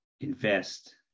invest